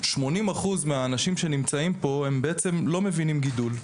80% מהאנשים שנמצאים פה בעצם לא מבינים גידול,